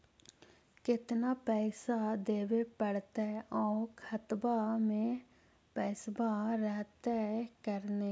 केतना पैसा देबे पड़तै आउ खातबा में पैसबा रहतै करने?